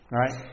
right